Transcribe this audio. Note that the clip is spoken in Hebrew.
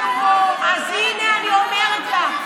הינה, אני אומרת לך.